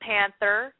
Panther